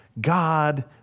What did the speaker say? God